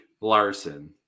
Larson